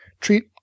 treat